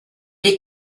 est